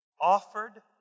offered